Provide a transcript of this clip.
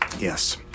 Yes